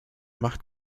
macht